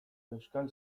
euskal